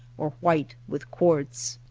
or white with quartz.